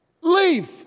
Leave